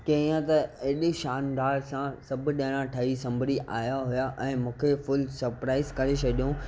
कीअं त हेॾी शानदार सां सभु ॼणा ठही संभरी आया हुआ ऐं मूंखे फुल सरप्राइज़ करे छॾियूं